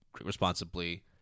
responsibly